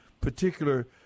particular